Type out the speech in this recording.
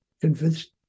convinced